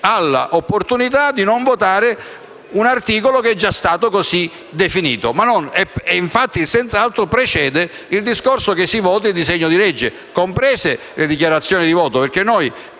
all'opportunità di non votare un articolo che è già stato così definito, e infatti il «senz'altro» precede il discorso che si voti il disegno di legge, comprese le dichiarazioni di voto.